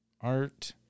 art